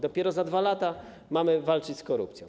Dopiero za 2 lata mamy walczyć z korupcją.